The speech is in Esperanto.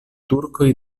turkoj